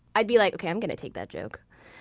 i'd be like, okay, i'm gonna take that joke.